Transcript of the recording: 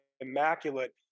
immaculate